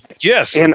Yes